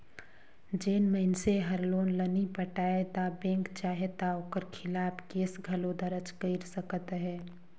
जेन मइनसे हर लोन ल नी पटाय ता बेंक चाहे ता ओकर खिलाफ केस घलो दरज कइर सकत अहे